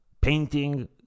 Painting